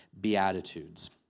Beatitudes